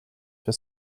for